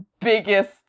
biggest